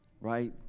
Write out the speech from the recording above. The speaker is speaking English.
Right